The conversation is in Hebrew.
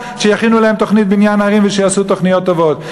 שיכינו להם תוכנית בניין ערים ושיעשו תוכניות טובות.